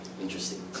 interesting